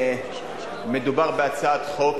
מדובר בהצעת חוק